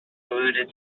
polluted